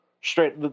Straight